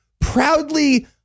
proudly